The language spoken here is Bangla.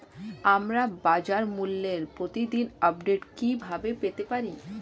আমরা বাজারমূল্যের প্রতিদিন আপডেট কিভাবে পেতে পারি?